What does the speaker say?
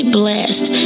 blessed